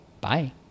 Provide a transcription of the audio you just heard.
Bye